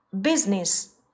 business